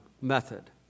method